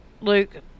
Luke